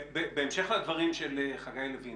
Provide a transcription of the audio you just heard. בהמשך לדברים של חגי לוין,